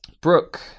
Brooke